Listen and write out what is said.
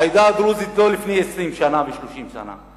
העדה הדרוזית, לא לפני 20 שנה ו-30 שנה.